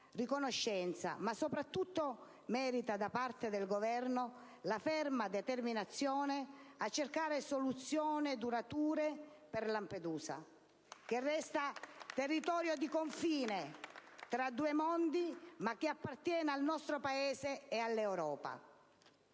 riconoscenza, ma soprattutto merita da parte del Governo la ferma determinazione a cercare soluzioni durature per quest'isola, che resta territorio di confine tra due mondi, ma che appartiene al nostro Paese e all'Europa.